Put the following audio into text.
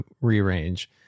rearrange